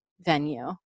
venue